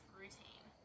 routine